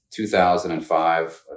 2005